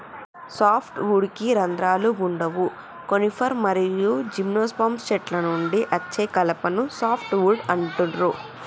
soft వుడ్కి రంధ్రాలు వుండవు కోనిఫర్ మరియు జిమ్నోస్పెర్మ్ చెట్ల నుండి అచ్చే కలపను సాఫ్ట్ వుడ్ అంటుండ్రు